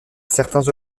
certains